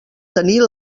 tenir